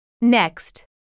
Next